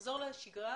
נחזור לשגרה,